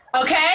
Okay